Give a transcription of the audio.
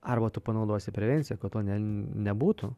arba tu panaudosi prevenciją kad to nebūtų